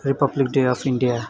Republic day of India